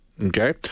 Okay